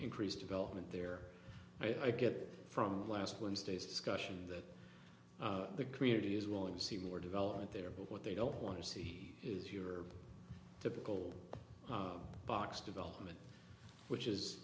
increased development there i get from last wednesday's discussion that the community is willing to see more development there but what they don't want to see is your typical box development which is